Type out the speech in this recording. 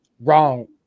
wrong